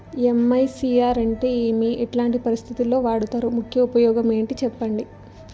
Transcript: MICR అంటే ఏమి? ఎట్లాంటి పరిస్థితుల్లో వాడుతారు? ముఖ్య ఉపయోగం ఏంటి సెప్పండి?